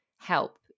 help